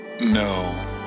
No